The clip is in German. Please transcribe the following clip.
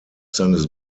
seines